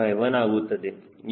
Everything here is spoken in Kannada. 51 ಆಗುತ್ತದೆ